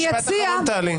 משפט אחרון, טלי.